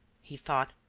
he thought.